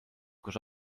kus